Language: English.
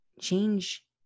change